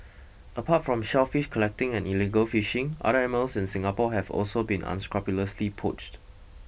apart from shellfish collecting and illegal fishing other animals in Singapore have also been unscrupulously poached